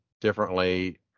differently